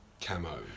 camo